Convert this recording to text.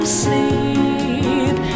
sleep